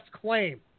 claim